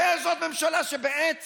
זאת ממשלה שבעת